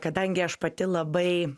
kadangi aš pati labai